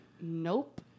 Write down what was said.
Nope